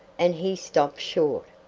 and he stopped short.